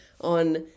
on